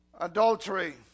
adultery